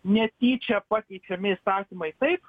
netyčia pakeičiami įsakymai taip